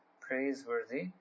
praiseworthy